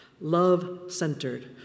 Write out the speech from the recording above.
Love-centered